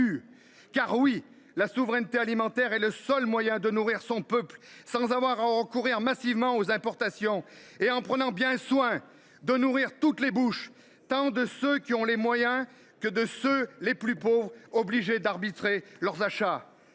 Oui, la souveraineté alimentaire est le seul moyen de nourrir son peuple sans avoir à recourir massivement aux importations – et en prenant bien soin de nourrir toutes les bouches, tant de ceux qui ont les moyens que de ceux, les plus pauvres, qui sont obligés d’arbitrer entre leurs achats.